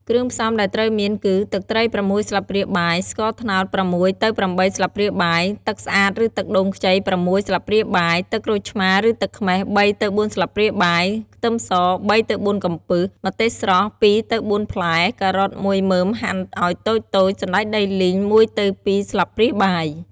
គ្គ្រឿងផ្សំដែលត្រូវមានគឺ ទឹកត្រី ៦ ស្លាបព្រាបាយ, ស្ករត្នោត ៦ទៅ៨ ស្លាបព្រាបាយ, ទឹកស្អាត ឬទឹកដូងខ្ចី ៦ ស្លាបព្រាបាយ,ទឹកក្រូចឆ្មារ ឬទឹកខ្មេះ ៣ទៅ៤ ស្លាបព្រាបាយ, ខ្ទឹមស ៣ទៅ៤ កំពឹស, ម្ទេសស្រស់ ២ទៅ៤ ផ្លែ, ការ៉ុត១ មើមហាន់ឲ្យតូចៗ, សណ្ដែកដីលីង ១ទៅ២ ស្លាបព្រាបាយ។